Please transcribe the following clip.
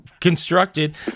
constructed